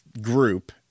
group